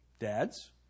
Dads